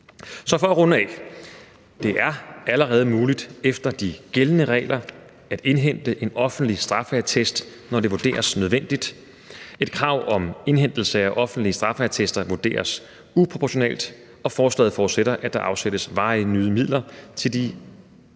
Så for at runde af: Det er allerede muligt efter de gældende regler at indhente en offentlig straffeattest, når det vurderes nødvendigt. Et krav om indhentelse af offentlige straffeattester vurderes uproportionelt, og forslaget forudsætter, at der afsættes varige nye midler til de